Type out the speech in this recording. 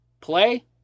Play